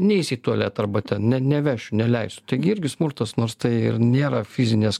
neis į tualetą arba ne neveš neleis taigi irgi smurtas nors tai ir nėra fizinės